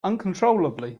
uncontrollably